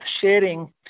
sharing